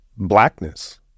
blackness